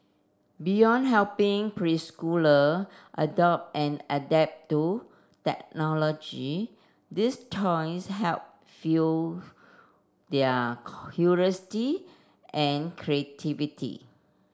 beyond helping preschooler adopt and adapt to technology these toys help fuel their curiosity and creativity